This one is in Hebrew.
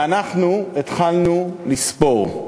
ואנחנו התחלנו לספור.